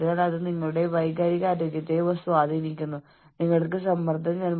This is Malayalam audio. പക്ഷേ നിങ്ങളുടെ ജോലിയോടുള്ള നിങ്ങളുടെ ബോസിന്റെ പ്രതികരണത്തെക്കുറിച്ചുള്ള ചിന്ത നിങ്ങളെ സമ്മർദ്ദത്തിലാക്കും